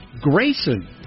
Grayson